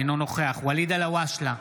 אינו נוכח ואליד אלהואשלה,